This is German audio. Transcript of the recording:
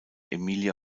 emilia